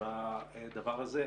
בדבר הזה.